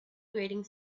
grating